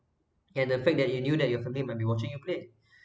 and the fact that you knew that your family might be watching you played